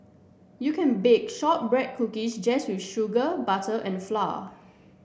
you can bake shortbread cookies just with sugar butter and flour